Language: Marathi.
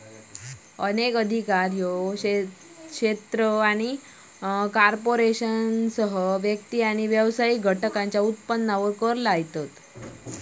अनेक अधिकार क्षेत्रा कॉर्पोरेशनसह व्यक्ती आणि व्यावसायिक घटकांच्यो उत्पन्नावर कर लावतत